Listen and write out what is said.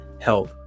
help